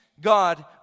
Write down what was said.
God